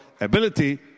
ability